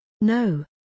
No